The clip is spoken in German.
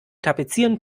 tapezieren